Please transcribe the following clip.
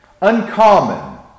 uncommon